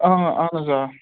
آ اَہَن حظ آ